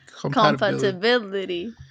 Compatibility